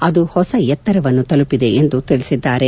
ಅದು ಹೊಸ ಎತ್ತರವನ್ನು ತಲುಪಿದೆ ಎಂದು ತಿಳಿಸಿದ್ದಾರೆ